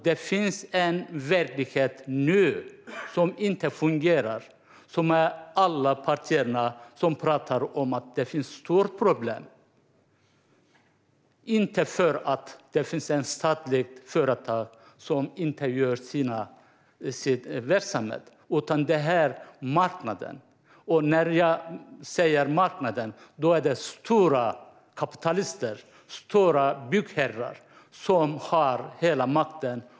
Det finns en verklighet nu som inte fungerar. Alla partier pratar om att det finns ett stort problem som inte beror på att statliga företag inte bedriver verksamhet, utan det handlar om marknaden. Med marknaden menar jag stora kapitalister och stora byggherrar som har hela makten.